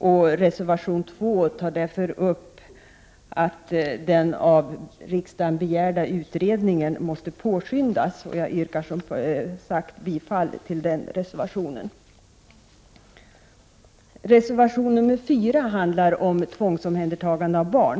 I reservation 2 sägs det att den av riksdagen begärda utredningen måste påskyndas. Jag yrkar, som sagt, bifall till denna reservation. Reservation 4 handlar om tvångsomhändertagande av barn.